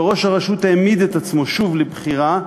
וראש הרשות העמיד את עצמו שוב לבחירה,